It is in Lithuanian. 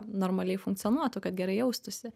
normaliai funkcionuotų kad gerai jaustųsi